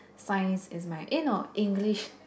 Science is my eh no English